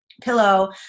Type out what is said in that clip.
pillow